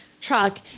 truck